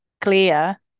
clear